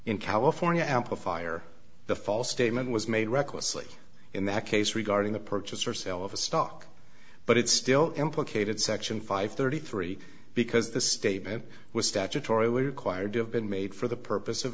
in california amplifier the false statement was made recklessly in that case regarding the purchase or sale of a stock but it still implicated section five thirty three because the statement was statutory were acquired to have been made for the purpose of